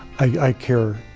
i care